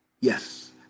Yes